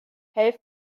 helft